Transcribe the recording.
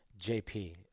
JP